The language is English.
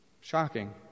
Shocking